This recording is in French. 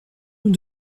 nous